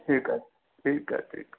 ठीकु आहे ठीकु आहे ठीकु आहे